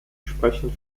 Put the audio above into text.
sprechen